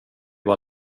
var